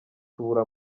tubura